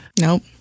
nope